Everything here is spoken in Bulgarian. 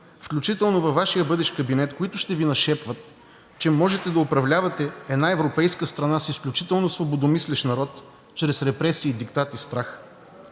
включително във Вашия бъдещ кабинет, които ще Ви нашепват, че можете да управлявате една европейска страна с изключително свободомислещ народ чрез репресии, диктати, страх.